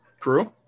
True